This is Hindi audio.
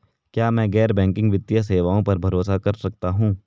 क्या मैं गैर बैंकिंग वित्तीय सेवाओं पर भरोसा कर सकता हूं?